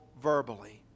verbally